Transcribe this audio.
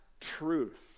truth